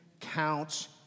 counts